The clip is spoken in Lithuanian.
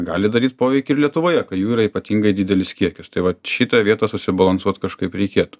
gali daryt poveikį ir lietuvoje kai jų yra ypatingai didelis kiekis tai vat šitoj vietoj susibalansuot kažkaip reikėtų